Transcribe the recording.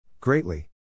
Greatly